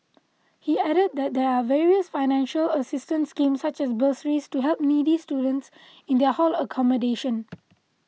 he added that there are various financial assistance schemes such as bursaries to help needy students in their hall accommodation